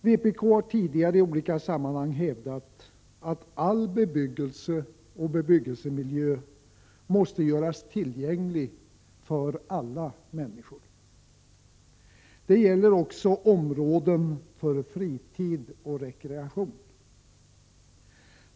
Vpk har tidigare i olika sammanhang hävdat att all bebyggelse och bebyggelsemiljö måste göras tillgänglig för alla människor. Detta gäller också områden för fritid och rekreation.